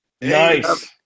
Nice